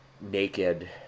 naked